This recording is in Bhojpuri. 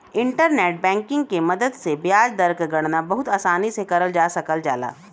इंटरनेट बैंकिंग के मदद से ब्याज दर क गणना बहुत आसानी से करल जा सकल जाला